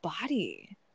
body